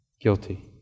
guilty